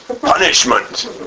punishment